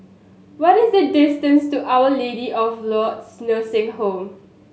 what is the distance to Our Lady of Lourdes Nursing Home